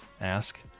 ask